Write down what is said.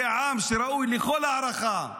זה עם שראוי לכל הערכה,